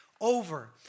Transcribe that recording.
Over